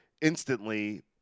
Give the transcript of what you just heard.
instantly